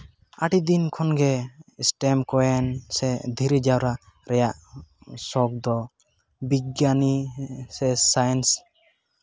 ᱟᱹᱰᱤᱫᱤᱱ ᱠᱷᱚᱱᱜᱮ ᱮᱥᱴᱮᱢ ᱠᱚᱭᱮᱱ ᱥᱮ ᱫᱷᱤᱨᱤ ᱡᱟᱣᱨᱟ ᱨᱮᱭᱟᱜ ᱥᱚᱠ ᱫᱚ ᱵᱤᱜᱽᱜᱟᱱᱤ ᱥᱮ ᱥᱟᱭᱮᱱᱥ